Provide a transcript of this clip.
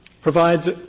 provides